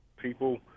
people